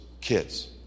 kids